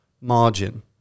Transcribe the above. margin